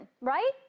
right